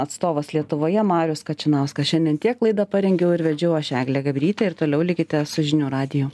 atstovas lietuvoje marius kačinauskas šiandien tiek laidą parengiau ir vedžiau aš eglė gabrytė ir toliau likite su žinių radiju